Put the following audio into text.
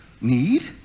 need